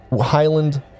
Highland